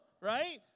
right